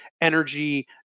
energy